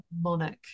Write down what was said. monarch